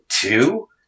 two